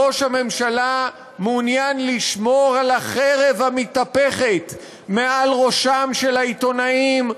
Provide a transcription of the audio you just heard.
ראש הממשלה מעוניין לשמור על החרב המתהפכת מעל ראשם של העיתונאים,